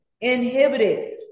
inhibited